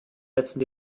letzten